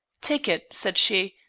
take it, said she,